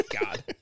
God